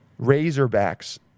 Razorbacks